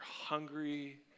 hungry